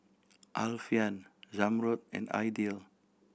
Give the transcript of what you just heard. Alfian Zamrud and Aidil